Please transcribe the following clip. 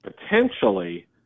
potentially